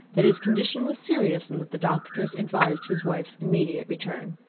that his condition was serious and that the doctors advised his wife's immediate return.